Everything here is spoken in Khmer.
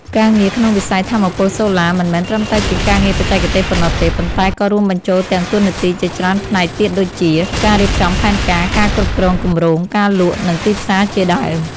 ការងារក្នុងវិស័យថាមពលសូឡា មិនមែនត្រឹមតែជាការងារបច្ចេកទេសប៉ុណ្ណោះទេ ប៉ុន្តែក៏រួមបញ្ចូលទាំងតួនាទីជាច្រើនផ្នែកទៀតដូចជា ការរៀបចំផែនការ ការគ្រប់គ្រងគម្រោង ការលក់ និងទីផ្សារជាដើម។